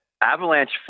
Avalanche